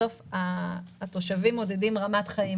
בסוף התושבים מודדים רמת חיים,